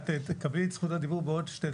את תקבלי את זכות הדיבור בעוד שתי דקות.